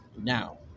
now